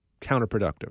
counterproductive